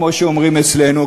כמו שאומרים אצלנו,